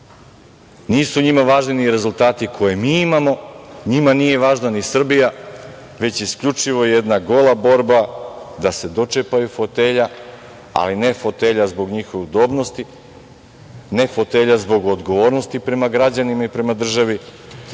Nisu njima važni ni rezultati koje mi imamo. Njima nije važna ni Srbija, već isključivo jedna gola borba da se dočepaju fotelja, ali ne fotelja zbog njihove udobnosti, ne fotelja zbog odgovornosti prema građanima i prema državi,